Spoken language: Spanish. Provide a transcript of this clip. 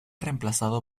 reemplazado